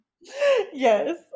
Yes